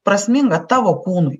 prasminga tavo kūnui